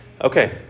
Okay